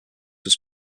was